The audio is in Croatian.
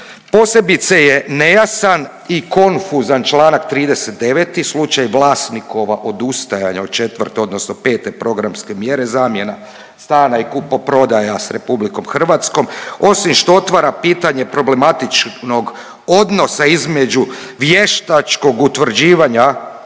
Posebice je nejasan i konfuzan članak 39. slučaj vlasnikova odustajanja od 4. odnosno 5. programske mjere zamjena stana i kupoprodaja s RH, osim što otvara pitanje problematičnog odnosa između vještačkog utvrđivanja